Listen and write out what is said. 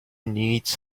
needs